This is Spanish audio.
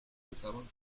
usaban